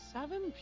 Seven